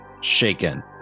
shaken